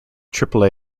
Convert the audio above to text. triple